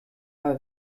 are